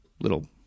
little